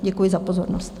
Děkuji za pozornost.